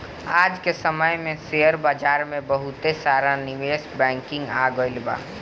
आज के समय में शेयर बाजार में बहुते सारा निवेश बैंकिंग आ गइल बा